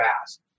fast